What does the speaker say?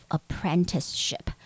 apprenticeship